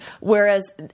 Whereas